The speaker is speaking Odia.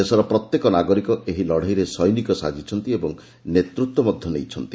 ଦେଶର ପ୍ରତ୍ୟେକ ନାଗରିକ ଏହି ଲଡେଇରେ ସୈନିକ ସାଜିଛନ୍ତି ଏବଂ ନେତୃତ୍ୱ ମଧ୍ଧ ନେଇଛନ୍ତି